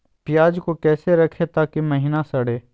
प्याज को कैसे रखे ताकि महिना सड़े?